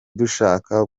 dushaka